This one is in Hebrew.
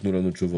תיתנו לנו תשובות.